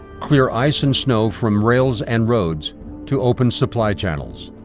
clear ice and snow from rails and roads to open supply channels.